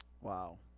Wow